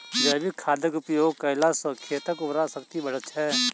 जैविक खादक उपयोग कयला सॅ खेतक उर्वरा शक्ति बढ़ैत छै